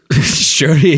sure